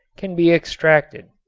can be extracted.